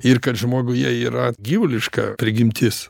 ir kad žmoguje yra gyvuliška prigimtis